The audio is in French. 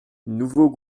nouveau